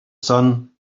sun